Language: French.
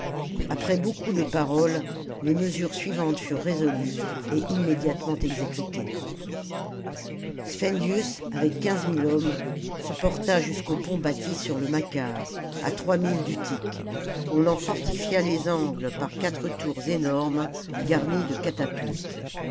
après beaucoup de paroles les mesures suivantes furent résolues et immédiatement exécutées spendius avec quijize mille hommes se porta jusqu'au pont bâti sur le macar à trois milles d'utique on en fortifia les angles par quatre tours énormes garnies de catapultes